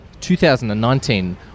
2019